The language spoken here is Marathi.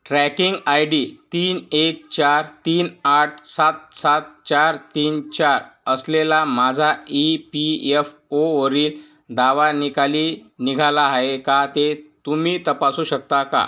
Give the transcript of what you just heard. ट्रॅकिंग आय डी तीन एक चार तीन आठ सात सात चार तीन चार असलेला माझा ई पी एफ ओवरील दावा निकाली निघाला आहे का ते तुम्ही तपासू शकता का